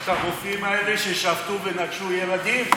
את הרופאים האלה ששבתו ונטשו ילדים?